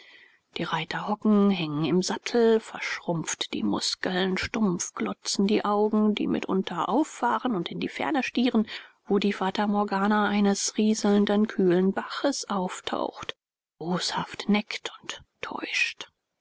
die reiter hocken hängen im sattel verschrumpft die muskeln stumpf glotzen die augen die mitunter auffahren und in die ferne stieren wo die fata morgana eines rieselnden kühlen baches auftaucht boshaft neckt und täuscht